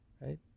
right